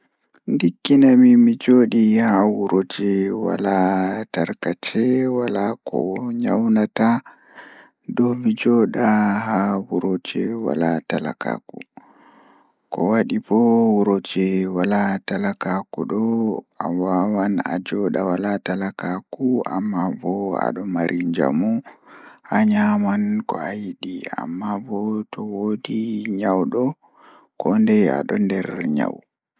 Ndikkina mi So mi waawi ɗonnoogol ko mi waɗi nde wuro waɗata poondirgol walla nde waɗata adaa, miɗo ɗonnoo nde waɗata adaa. Aadaa ɗum waɗi ɓurɗe e jammaaji e njamaaji, sabu ko heɓugol hayre e ndiyam ko fota. Heɓugol adaa wi'ude ɗum ko njam heewta e jowɗe keewɗi